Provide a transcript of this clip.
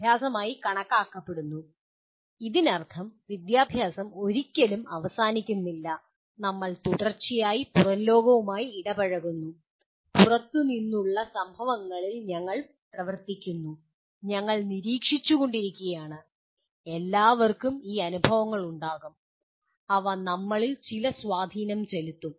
ഈ അർത്ഥത്തിൽ വിദ്യാഭ്യാസം ഒരിക്കലും അവസാനിക്കുന്നില്ല നമ്മൾ തുടർച്ചയായി പുറംലോകവുമായി ഇടപഴകുന്നു പുറത്തു നിന്നുള്ള സംഭവങ്ങളിൽ ഞങ്ങൾ പ്രവർത്തിക്കുന്നു ഞങ്ങൾ നിരീക്ഷിച്ചുകൊണ്ടിരിക്കുകയാണ് എല്ലാവർക്കും ഈ അനുഭവങ്ങൾ ഉണ്ടാകും അവ നമ്മളിൽ ചില സ്വാധീനം ചെലുത്തും